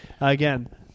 again